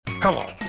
Hello